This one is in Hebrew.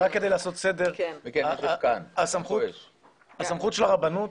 רק כדי לעשות סדר, הסמכות של הרבנות